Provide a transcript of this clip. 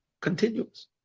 continuous